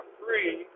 free